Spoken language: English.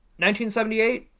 1978